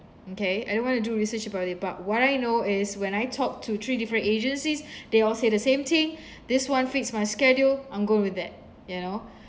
okay I don't want to do research about it but what I know is when I talk to three different agencies they all say the same thing this one fix my schedule I'm going with that you know